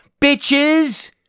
bitches